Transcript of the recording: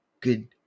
good